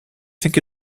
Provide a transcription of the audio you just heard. think